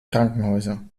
krankenhäuser